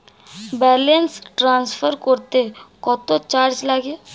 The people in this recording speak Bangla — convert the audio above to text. ব্যালেন্স ট্রান্সফার করতে কত চার্জ লাগে?